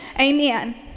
Amen